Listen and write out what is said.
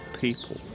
people